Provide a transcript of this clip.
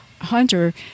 Hunter